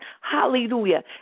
Hallelujah